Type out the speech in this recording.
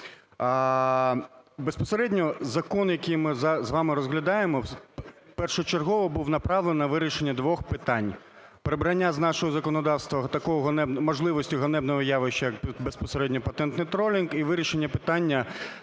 Безпосередньо закон, який ми з вами розглядаємо, першочергово був направлений на вирішення двох питань. Про прибирання з нашого законодавства такого ганебного, можливості ганебного явища як безпосередньо "патентний тролінг" і вирішення питання